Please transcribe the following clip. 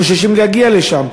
חוששים להגיע לשם.